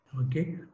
okay